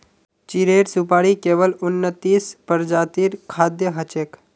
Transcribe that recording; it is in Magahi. चीड़ेर सुपाड़ी केवल उन्नतीस प्रजातिर खाद्य हछेक